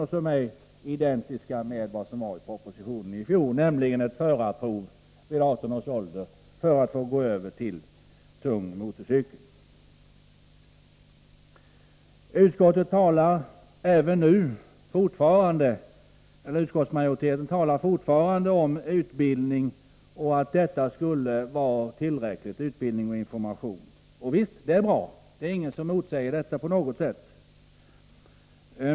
Det är således identiskt med förslaget i propositionen i fjol, nämligen att den som fyllt 18 år skall genomgå ett förarprov för att kunna gå över från lätt till tung motorcykel. Utskottsmajoriteten talar fortfarande om att det behövs information och utbildning, och det är bra. Ingen motsäger det.